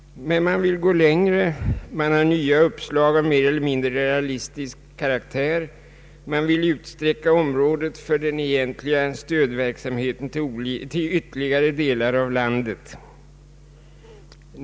Men man vill gå längre. Man har nya uppslag av mer eller mindre realistisk karaktär. Man vill utsträcka området för den egentliga stödverksamheten också till andra delar av landet.